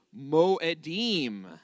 Moedim